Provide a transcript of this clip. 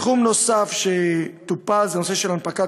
תחום נוסף שטופל זה הנושא של הנפקת